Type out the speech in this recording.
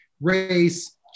race